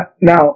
now